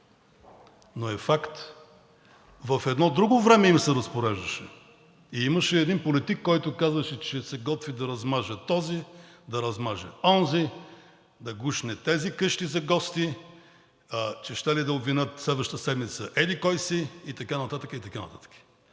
но е факт. В едно друго време им се разпореждаше – имаше един политик, който казваше, че се готви да размаже този, да размаже онзи, да гушне тези къщи за гости, че щели да обвинят следващата седмица еди-кой си и така нататък, и така нататък.